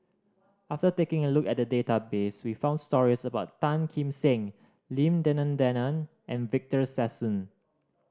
after taking a look at the database we found stories about Tan Kim Seng Lim Denan Denon and Victor Sassoon